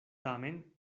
tamen